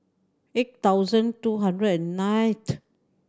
eight thousand two hundred and night